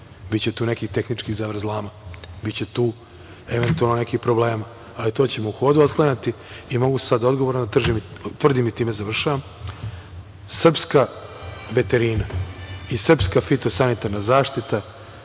biće tu nekih tehničkih zavrzlama, biće tu eventualno nekih problema, ali to ćemo u hodu otklanjati i mogu sad odgovorno da tvrdim i time završavam - srpska veterina i srpska fitosanitarna zaštita